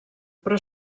però